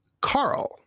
Carl